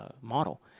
model